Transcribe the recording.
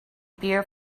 beer